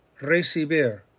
recibir